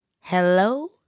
hello